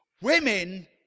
Women